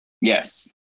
Yes